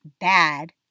bad